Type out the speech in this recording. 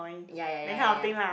ya ya ya ya ya